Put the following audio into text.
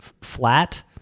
flat